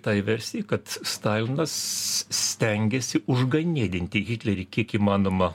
tai versija kad stalinas stengėsi užganėdinti hitlerį kiek įmanoma